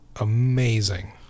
Amazing